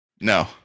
No